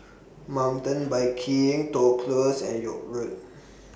Mountain Biking Toh Close and York Road